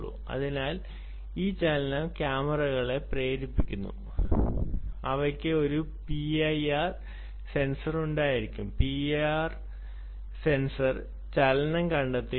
അതിനാൽ ഈ ചലനം ക്യാമറകളെ പ്രേരിപ്പിച്ചു അവയ്ക്ക് ഒരു പിഐആർ സെൻസർ ഉണ്ടായിരിക്കും പിആർ സെൻസർ ചലനം കണ്ടെത്തും